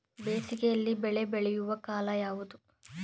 ಬೇಸಿಗೆ ಯಲ್ಲಿ ಬೆಳೆ ಬೆಳೆಯುವ ಕಾಲ ಯಾವುದು?